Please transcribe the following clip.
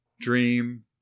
dream